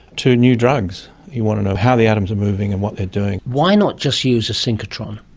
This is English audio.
to new drugs. you want to know how the atoms are moving and what they are doing. why not just use a synchrotron?